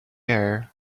air